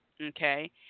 okay